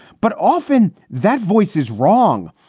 but often that voice is wrong.